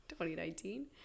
2019